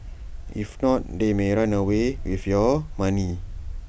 if not they may run away with your money